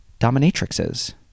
dominatrixes